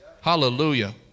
Hallelujah